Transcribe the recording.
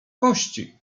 kości